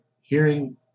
hearing